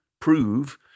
prove